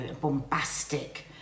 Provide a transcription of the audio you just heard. bombastic